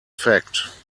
fact